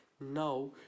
now